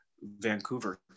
Vancouver